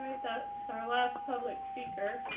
ah so our last public speaker.